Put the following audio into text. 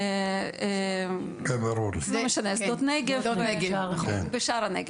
בשדות נגב ובשער הנגב.